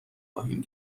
خواهیم